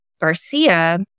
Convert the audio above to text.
Garcia